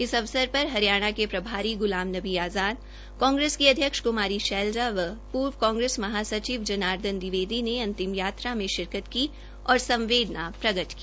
इस अवसर पर हरियाणा के प्रभारी गुलाम नबी आज़ाद कांग्रेस की अध्यक्ष कुमारी शैलजा व पूर्व कांग्रेस महासचिव जर्नादन द्विवेदी ने अंतिम यात्रा के शिरकत की ओर संवदेना प्रकट की